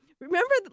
remember